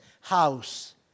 house